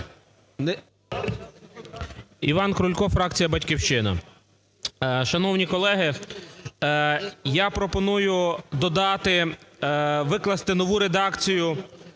Іван Крулько, фракція "Батьківщина". Шановні колеги, я пропоную додати… викласти нову редакцію